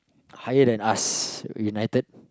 higher than us united